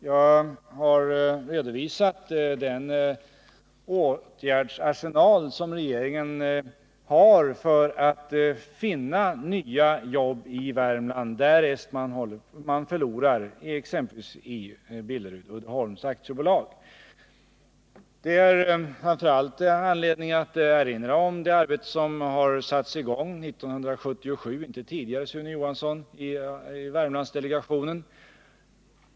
Jag har redovisat den åtgärdsarsenal som regeringen har för att finna nya jobb i Värmland, om andra skulle försvinna exempelvis i Billerud-Uddeholm AB. Framför allt är det anledning att erinra om det arbete som har satts i gång 1977 — inte tidigare, Sune Johansson! — i Värmlandsdelegationen.